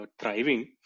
thriving